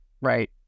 right